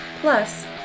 Plus